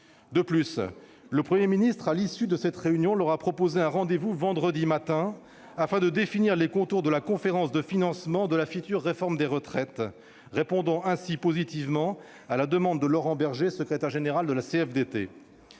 réunion, le Premier ministre a proposé aux partenaires sociaux un rendez-vous vendredi matin, afin de définir les contours de la conférence de financement de la future réforme des retraites, répondant ainsi positivement à la demande de Laurent Berger, secrétaire général de la CFDT.